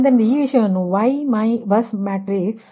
ಆದ್ದರಿಂದ ಈ ವಿಷಯವನ್ನು ವೈ ಬಸ್ ಮ್ಯಾಟ್ರಿಕ್ಸ್